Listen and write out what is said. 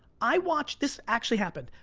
i watched, this actually happened,